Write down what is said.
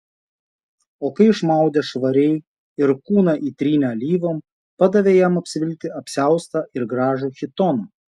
o kai išmaudė švariai ir kūną įtrynė alyvom padavė jam apsivilkti apsiaustą ir gražų chitoną